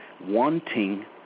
wanting